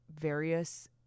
various